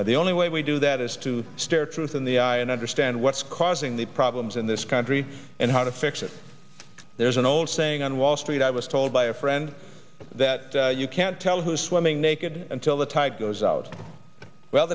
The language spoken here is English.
the only way we do that is to stare truth in the eye and understand what's causing the problems in this country and how to fix it there's an old saying on wall street i was told by a friend that you can't tell who's swimming naked until the tide goes out well